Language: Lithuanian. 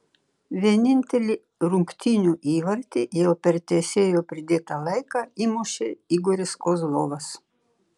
vienintelį rungtynių įvartį jau per teisėjo pridėtą laiką įmušė igoris kozlovas